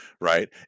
right